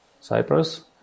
Cyprus